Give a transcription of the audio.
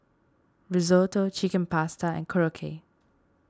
Risotto Chicken Pasta Korokke